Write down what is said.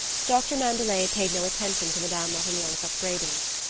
doctor mandelet paid no attention to madame ratignolle's upbraidings.